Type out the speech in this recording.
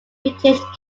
british